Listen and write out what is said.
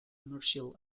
commercial